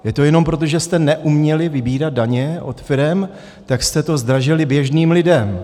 Je to jenom proto, že jste neuměli vybírat daně od firem, tak jste to zdražili běžným lidem.